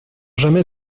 jamais